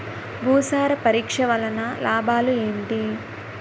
భూసార పరీక్ష వలన లాభాలు ఏంటి?